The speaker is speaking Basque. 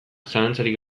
zalantzarik